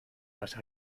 las